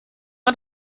man